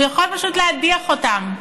הוא יכול פשוט להדיח אותם,